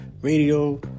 radio